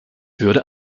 würde